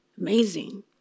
Amazing